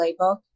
playbook